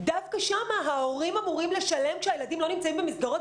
דווקא שם ההורים אמורים לשלם כשהילדים לא נמצאים במסגרות?